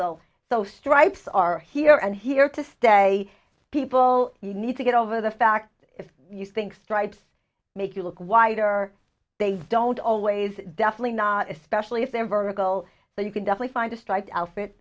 those stripes are here and here to stay people you need to get over the fact if you think stripes make you look wider they don't always definitely not especially if they're vertical but you can definitely find a stri